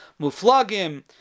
muflagim